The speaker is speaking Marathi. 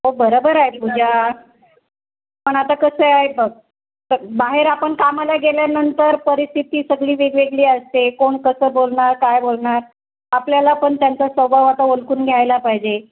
हो बरोबर आहे पूजा पण आता कसं आहे बघ प्र बाहेर आपण कामाला गेल्यानंतर परिस्थिती सगळी वेगवेगळी असते कोण कसं बोलणार काय बोलणार आपल्याला पण त्यांचा स्वभाव आता ओळखून घ्यायला पाहिजे